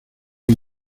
hay